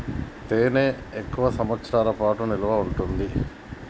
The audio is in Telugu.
తేనె ఎక్కువ సంవత్సరాల పాటు నిల్వ ఉంటాది